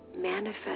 manifest